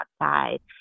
outside